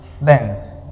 lens